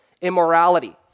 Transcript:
immorality